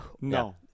No